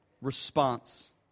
response